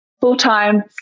full-time